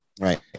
Right